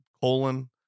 colon